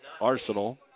arsenal